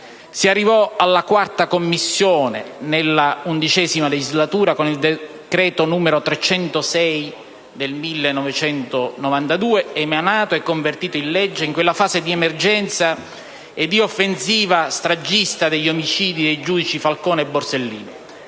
Si arrivò alla quarta Commissione nella XI legislatura con il decreto n. 306 del 1992, emanato e convertito in legge in quella fase di emergenza e di offensiva stragista degli omicidi dei giudici Falcone e Borsellino.